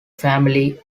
family